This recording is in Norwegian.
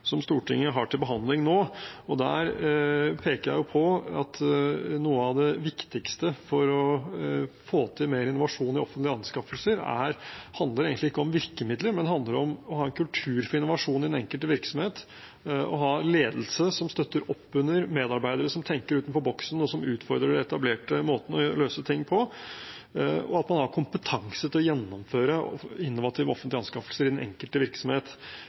som Stortinget har til behandling nå, og der peker jeg på at noe av det viktigste for å få til mer innovasjon i offentlige anskaffelser egentlig ikke handler om virkemidler, men handler om å ha kultur for innovasjon i den enkelte virksomhet og å ha en ledelse som støtter opp under medarbeidere som tenker utenfor boksen, og som utfordrer den etablerte måten å løse ting på, og at man har kompetanse til å gjennomføre innovative offentlige anskaffelser i den enkelte virksomhet.